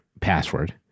password